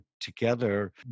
together